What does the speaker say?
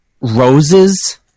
roses